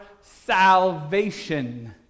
salvation